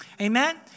Amen